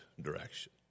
direction